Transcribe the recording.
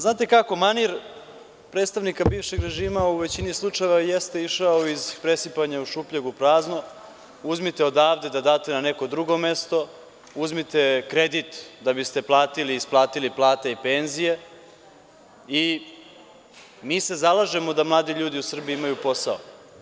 Znate kako, manir predstavnika bivšeg režima u većini slučajeva jeste išao iz presipanja šupljeg u prazno, uzmite odavde da date na neko drugo mesto, uzmite kredit da biste platili, isplatili plate i penzije, mi se zalažemo da mladi ljudi u Srbiji imaju posao.